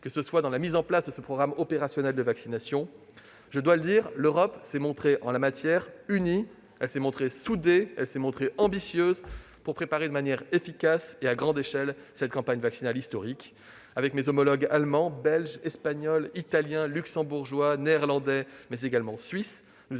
matière -ou pour mettre en place ce programme opérationnel de vaccination. Je dois le dire, l'Europe s'est montrée unie, soudée et ambitieuse pour préparer de manière efficace et à grande échelle cette campagne vaccinale historique. Avec mes homologues allemand, belge, espagnol, italien, luxembourgeois, néerlandais, mais également suisse,